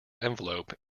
envelope